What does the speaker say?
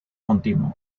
continuo